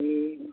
ए